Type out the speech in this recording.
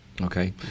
Okay